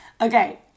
Okay